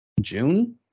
June